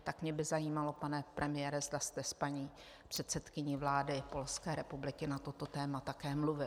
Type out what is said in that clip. Tak mě by zajímalo, pane premiére, zda jste s paní předsedkyní vlády Polské republiky na toto téma také mluvil.